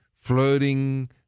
flirting